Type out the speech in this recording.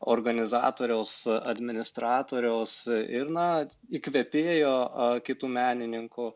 organizatoriaus administratoriaus ir na įkvėpėjo a kitų menininkų